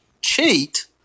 cheat